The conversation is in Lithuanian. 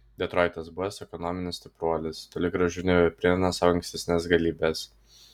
detroitas buvęs ekonominis stipruolis toli gražu nebeprimena savo ankstesnės galybės